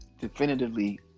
definitively